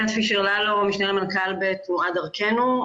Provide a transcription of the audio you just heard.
אני המשנה למנכ"ל בתנועת "דרכנו".